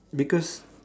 because